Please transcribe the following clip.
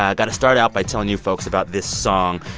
ah got to start out by telling you folks about this song.